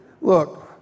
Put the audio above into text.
Look